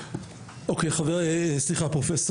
פרופ'